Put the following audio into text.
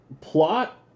plot